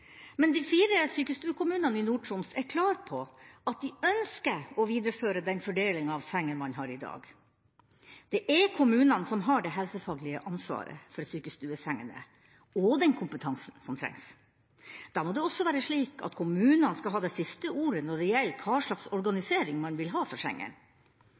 Men de fire sykestuekommunene i Nord-Troms er klar på at de ønsker å videreføre den fordelinga av senger man har i dag. Det er kommunene som har det helsefaglige ansvaret for sykestuesengene og for den kompetansen som trengs. Da må det også være slik at kommunene skal ha det siste ordet når det gjelder hva slags organisering man vil ha for